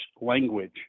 language